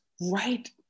right